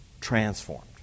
transformed